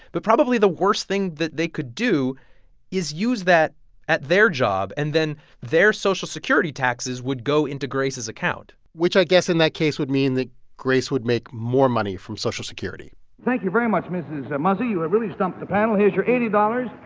but probably the worst thing that they could do is use that at their job, and then their social security taxes would go into grace's account which, i guess, in that case, would mean that grace would make more money from social security thank you very much, mrs. muzzey. you have really stumped the panel. here's your eighty dollars,